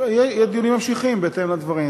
יהיו דיוני המשך בהתאם לדברים.